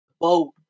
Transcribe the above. boat